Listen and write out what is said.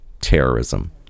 terrorism